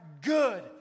good